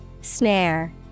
snare